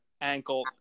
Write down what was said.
ankle